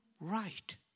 right